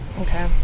Okay